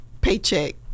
paycheck